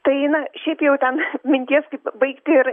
tai na šiaip jau ten minties kaip baigti ir